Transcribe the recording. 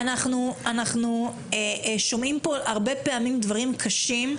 אנחנו שומעים פה הרבה פעמים דברים קשים.